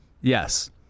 Yes